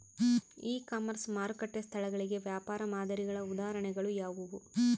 E commerce ಮಾರುಕಟ್ಟೆ ಸ್ಥಳಗಳಿಗೆ ವ್ಯಾಪಾರ ಮಾದರಿಗಳ ಉದಾಹರಣೆಗಳು ಯಾವುವು?